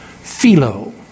Philo